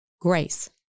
grace